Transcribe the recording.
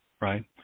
right